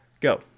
Go